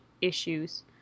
issues